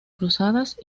cruzadas